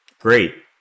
Great